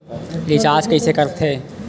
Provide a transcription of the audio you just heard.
Recharge कइसे कर थे?